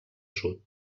sud